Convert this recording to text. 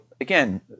again